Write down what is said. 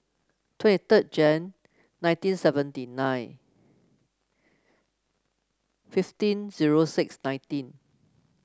twenty third Jan nineteen seventy nine fifteen zero six nineteen